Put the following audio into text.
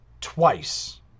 twice